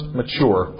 mature